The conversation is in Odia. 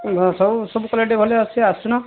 ସବୁ ସବୁ କ୍ୱାଲିଟି ଭଲ ଆସୁଛି ଆସୁନ